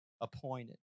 appointed